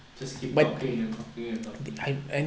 just keep talking and talking and talking